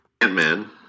Ant-Man